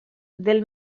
del